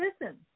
listen